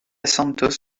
santos